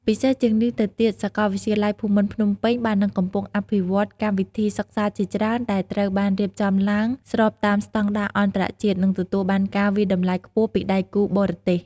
ពិសេសជាងនេះទៅទៀត សាកលវិទ្យាល័យភូមិន្ទភ្នំពេញ បាននិងកំពុងអភិវឌ្ឍកម្មវិធីសិក្សាជាច្រើនដែលត្រូវបានរៀបចំឡើងស្របតាមស្តង់ដារអន្តរជាតិ និងទទួលបានការវាយតម្លៃខ្ពស់ពីដៃគូបរទេស។